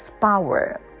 power